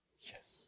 Yes